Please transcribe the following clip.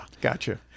Gotcha